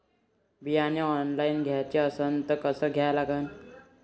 बियाने ऑनलाइन घ्याचे असन त कसं घ्या लागते?